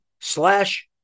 slash